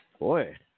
Boy